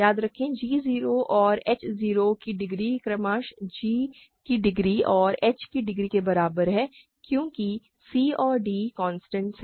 याद रखें g 0 और h 0 की डिग्री क्रमशः g की डिग्री और h की डिग्री के बराबर है क्योंकि c और d कोंस्टेंट्स हैं